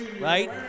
right